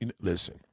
Listen